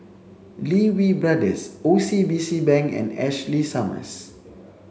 Lee Wee Brothers O C B C Bank and Ashley Summers